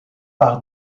par